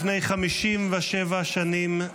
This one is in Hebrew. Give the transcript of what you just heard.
לפני 57 שנים,